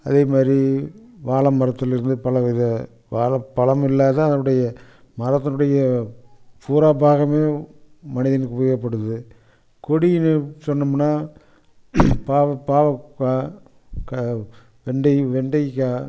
அதே மாதிரி வாழை மரத்துலேருந்து பலவித வாழைப் பழமில்லாம அதனுடைய மரத்தினுடைய பூரா பாகமும் மனிதனுக்கு உபயோகப்படுது கொடியின்னு சொன்னோம்னா பாவக்கா வெண்டை வெண்டைக்கா